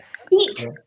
speak